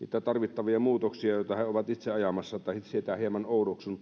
niitä tarvittavia muutoksia joita he ovat itse ajamassa sitä hieman oudoksun